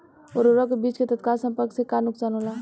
उर्वरक व बीज के तत्काल संपर्क से का नुकसान होला?